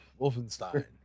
Wolfenstein